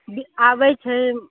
आबै छै